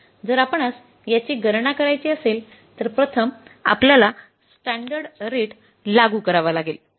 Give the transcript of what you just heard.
जर आपणास याची गणना करायची असेल तर प्रथम आपल्याला स्टॅंडर्ड रेट लागू करावा लागेल